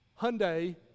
Hyundai